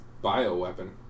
bio-weapon